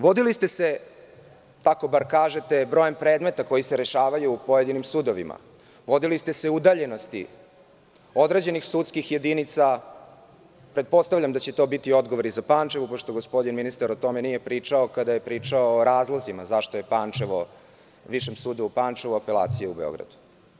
Vodili ste se brojem predmeta, koji se rešavaju u pojedinim sudovima, vodili ste se u udaljenosti određenih sudskih jedinica, pretpostavljam da će to biti odgovor i za Pančevo, pošto gospodin ministar nije o tome pričao kada je pričao o razlozima zašto je Pančevo, Višem sudu u Pančevu, apelacija u Beogradu.